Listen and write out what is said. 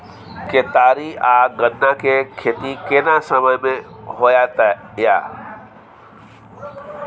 केतारी आ गन्ना के खेती केना समय में होयत या?